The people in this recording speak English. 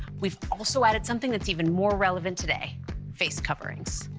we've also added something that's even more relevant today face coverings.